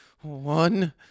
one